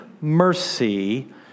mercy